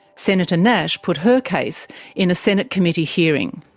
senator nash put her case in a senate committee hearing.